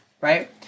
right